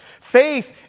Faith